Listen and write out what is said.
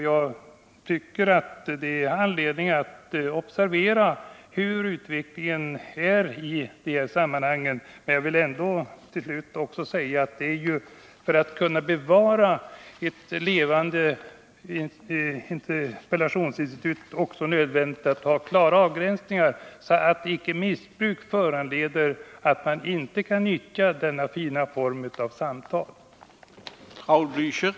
Jag tycker att det finns anledning att observera hur utvecklingen blir i dessa sammanhang. Vidare vill jag framhålla att det för att man skall kunna bevara ett levande interpellationsinstitut också är nödvändigt med klara avgränsningar, så att inte missbruk föranleder att man inte kommer att kunna utnyttja denna fina form av offentlig debatt.